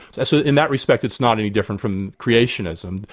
so in that respect it's not any different from creationism.